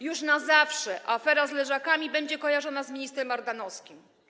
Już na zawsze „afera z leżakami” będzie kojarzona z ministrem Ardanowskim.